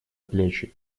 плечи